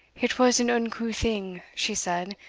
it was an unco thing, she said,